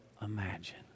imagine